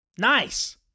nice